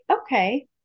okay